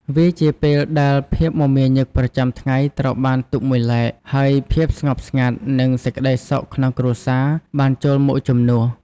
វាជាពេលដែលភាពមមាញឹកប្រចាំថ្ងៃត្រូវបានទុកមួយឡែក ហើយភាពស្ងប់ស្ងាត់ និងសេចក្តីសុខក្នុងគ្រួសារបានចូលមកជំនួស។